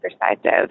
perspective